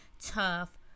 tough